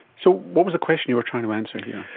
so what was the question you were trying to answer here?